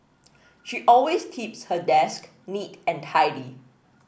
she always keeps her desk neat and tidy